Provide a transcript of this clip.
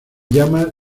llamas